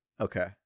okay